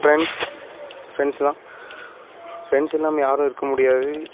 friends friends தான் friends இல்லாமல் யாரும் இருக்க முடியாது